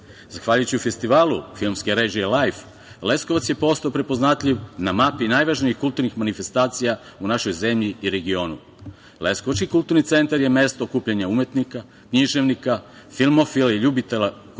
Beograda. Zahvaljujući festivalu filmske režije "Lajf" Leskovac je postao prepoznatljiv na mapi najvažnijih kulturnih manifestacija u našoj zemlji i regionu. Leskovački kulturni centar je okupljanje umetnika, književnika, filmofila i ljubitelja kulture